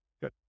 Good